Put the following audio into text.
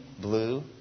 blue